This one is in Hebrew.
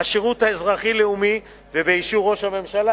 השירות האזרחי-לאומי ובאישור ראש הממשלה,